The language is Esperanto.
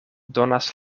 donas